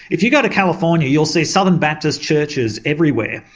if you go to california you'll see southern baptist churches everywhere.